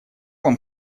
вам